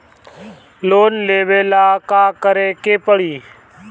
Loan लेवे ला का करे के पड़ी?